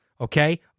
Okay